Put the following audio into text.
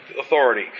authority